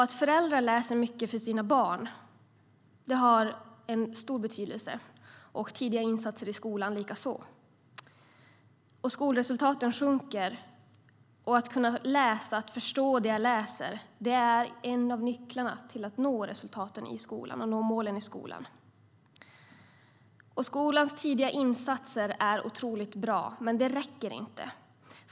Att föräldrar läser mycket för sina barn har en stor betydelse, likaså tidiga insatser i skolan. Skolresultaten försämras. Att kunna läsa och förstå det som jag läser är en av nycklarna till att nå målen i skolan. Skolans tidiga insatser är otroligt bra, men de räcker inte.